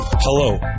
Hello